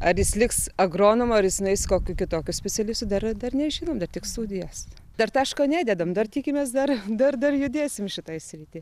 ar jis liks agronomu ar jis nueis kokiu kitokiu specialistu dar dar nežinome bet tik studijos dar taško nededam dar tikimės dar dar dar judėsim šitoj srity